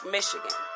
Michigan